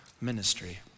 ministry